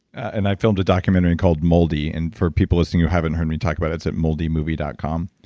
and i filmed a documentary called moldy, and for people listening who haven't heard me talk about it, it's at moldymovie dot com.